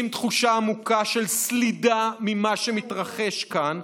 תחושה עמוקה של סלידה ממה שמתרחש כאן,